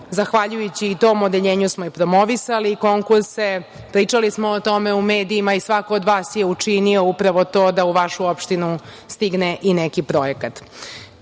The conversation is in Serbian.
zahvaljujući i tom odeljenju smo i promovisali konkurse. Pričali smo o tome u medijima i svako od vas je učinio upravo to da u vašu opštinu stigne i neki projekat. Želim